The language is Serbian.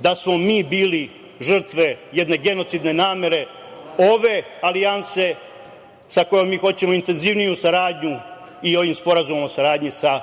da smo mi bili žrtve jedne genocidne namere ove alijanse sa kojom mi hoćemo intenzivniju saradnju i ovim sporazumom o saradnji sa